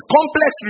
Complex